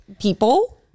people